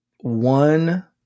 one